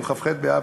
היה?